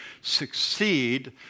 succeed